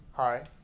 Hi